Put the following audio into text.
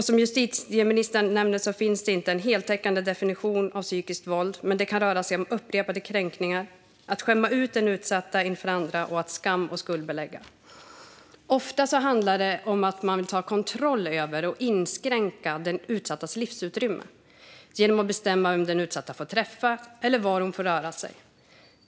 Som justitieministern nämner finns det inte någon heltäckande definition av psykiskt våld, men det kan röra sig om upprepade kränkningar, att skämma ut den utsatta inför andra och att skam och skuldbelägga. Ofta handlar det om att man vill ta kontroll över och inskränka den utsattas livsutrymme genom att bestämma vem den utsatta får träffa eller var hon får röra sig.